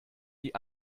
die